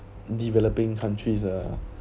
developing countries uh